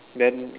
then